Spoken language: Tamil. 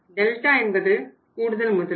டெல்டா என்பது கூடுதல் முதலீடு